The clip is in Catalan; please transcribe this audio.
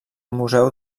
museu